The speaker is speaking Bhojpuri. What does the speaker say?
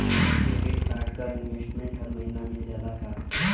क्रेडिट कार्ड क स्टेटमेन्ट हर महिना मिल जाला का?